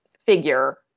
figure